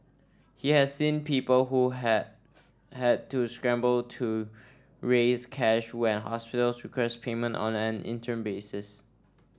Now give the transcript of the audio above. he has seen people who have had to scramble to raise cash when hospitals request payment on an interim basis